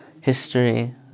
history